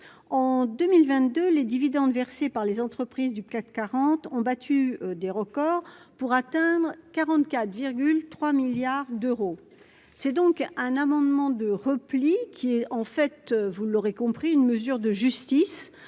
En 2022, les dividendes versés par les entreprises du CAC 40 ont battu des records, pour atteindre 44,3 milliards d'euros. Cet amendement de repli, vous l'aurez compris, est une mesure de justice